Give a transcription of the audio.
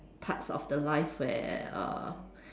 parts of the life where uh